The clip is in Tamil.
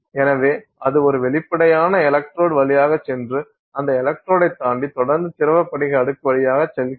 எனவே அது ஒரு வெளிப்படையான எலக்ட்ரோடு வழியாக சென்று அந்த எலக்ட்ரோடை தாண்டி தொடர்ந்து திரவ படிக அடுக்கு வழியாக செல்கிறது